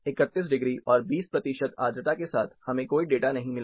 31 degree और 20 प्रतिशत आर्द्रता के साथ हमें कोई डाटा नहीं मिला